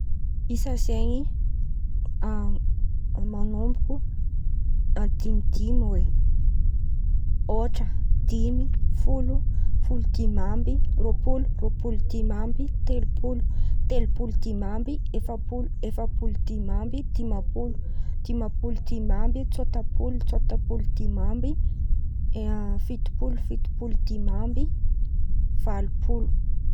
Isa zen̈y manomboko amin̈'ny dimy dimy oe ôhatra dimy folo, folo dimy amby, roa-polo, roa-polo dimy amby, telom-polo, telom-polo dimy amby, efa-polo, efa-polo dimy amby, dimam-polo, dimam-polo dimy amby, tsôta-polo, tsôta-polo dimy amby, fito-polo, fito-polo dimy amby, valo-polo.